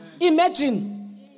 Imagine